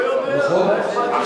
לא יודע, נכון.